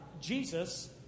Jesus